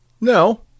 no